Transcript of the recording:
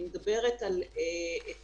אני מדברת על היטל,